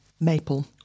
maple